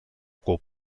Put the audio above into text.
cub